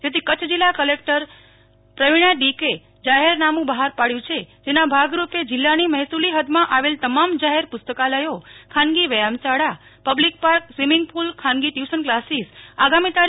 જેથી કચ્છ જિલ્લા કલેકટરે જાહેરનામું બહાર પાડ્યું છે જેના ભાગરૂપે જિલ્લાની મહેસુલી હદમાં આવેલ તમામ જાહેર પુસ્તકકાલયો ખાનગી વ્યાયામશાળાઓ પ્બલીક પાર્ક સ્વીમીંગ પુલ ખાનગી ટયુશન કક્સીસ આગામી તા